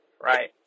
right